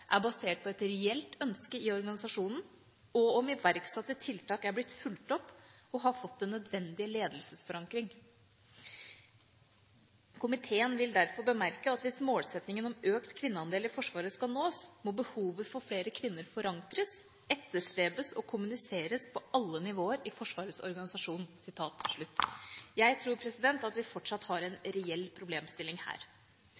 er basert på et reelt ønske i organisasjonen, og om iverksatte tiltak er blitt fulgt opp og har fått den nødvendige ledelsesforankring. Komiteen vil derfor bemerke at hvis målsettingen om økt kvinneandel i Forsvaret skal nås, må behovet for flere kvinner forankres, etterstrebes og kommuniseres på alle nivåer i Forsvarets organisasjon.» Jeg tror vi fortsatt har en reell problemstilling her.